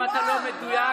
אם אתה לא מדויק,